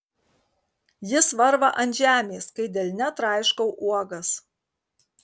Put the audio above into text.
jis varva ant žemės kai delne traiškau uogas